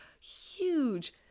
huge